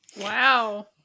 Wow